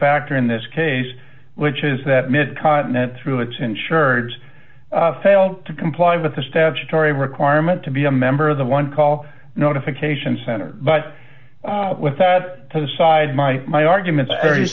factor in this case which is that mid continent through its insureds failed to comply with the statutory requirement to be a member of the one call notification center but with that to the side my my arguments are you